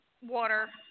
water